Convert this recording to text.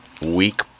weak